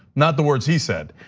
not the words he said.